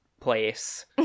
place